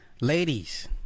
ladies